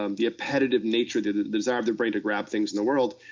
um the appetitive nature the desire of their brain to grab things in the world